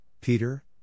Peter